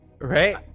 Right